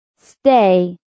Stay